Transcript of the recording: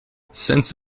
since